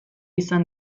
izan